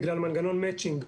בגלל מנגנון מצ'ינג,